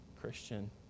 Christian